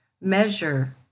measure